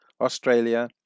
Australia